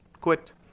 quit